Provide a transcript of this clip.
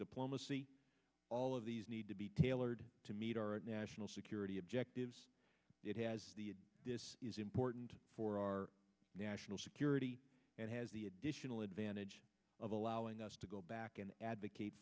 diplomacy all of these need to be tailored to meet our national security objectives it has this is important for our national security and has the additional advantage of allowing us to go back and advocate